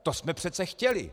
To jsme přece chtěli.